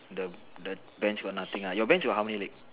the the bench got nothing ah your bench got how many leg